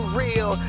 real